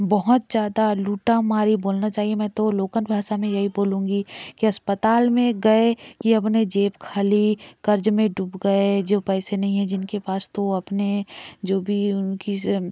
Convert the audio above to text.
बहुत ज़्यादा लूट मारी बोलना चाहिए मैं तो लोकन भाषा में यही बोलूँगी कि अस्पताल में गए कि अपने जेब खाली कर्ज़ में डूब गए जो पैसे नहीं है जिनके पास तो वह अपने जो भी उनकी से